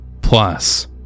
Plus